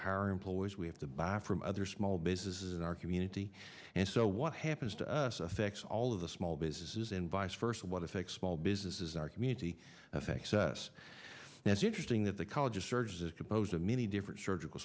hire employees we have to buy from other small businesses in our community and so what happens to us affects all of the small businesses and vice versa what effects small businesses our community affects us now it's interesting that the college of surgeons is composed of many different surgical